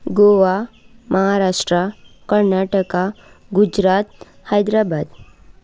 Goa Maharashtra Karnataka Gujarat Hyderabad